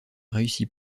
réussit